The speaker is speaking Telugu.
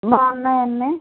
బాగున్నాయి అన్ని